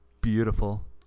beautiful